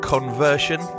Conversion